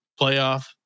playoff